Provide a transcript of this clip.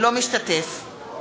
אינו משתתף בהצבעה